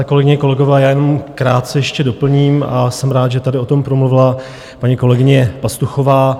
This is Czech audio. Milé kolegyně, kolegové, jenom krátce ještě doplním a jsem rád, že tady o tom promluvila paní kolegyně Pastuchová.